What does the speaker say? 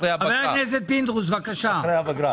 בבקשה.